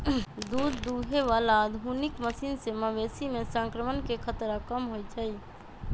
दूध दुहे बला आधुनिक मशीन से मवेशी में संक्रमण के खतरा कम होई छै